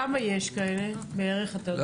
כמה יש כאלה, בערך, אתה יודע?